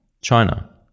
China